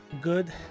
good